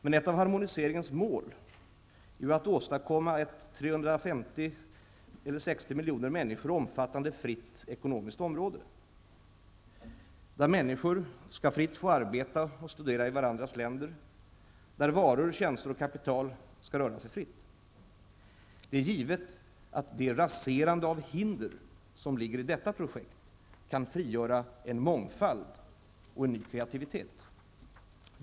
Men ett av harmoniseringens mål är att åstadkomma ett 360 miljoner människor omfattande fritt ekonomiskt område, där människor fritt skall få arbeta och studera i varandras länder, där varor, tjänster och kapital skall röra sig fritt. Det är givet att det raserande av hinder som ligger i detta projekt kan frigöra en mångfald och en ny kreativitet.